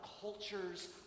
cultures